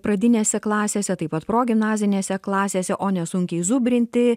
pradinėse klasėse taip pat progimnazinėse klasėse o ne sunkiai zubrinti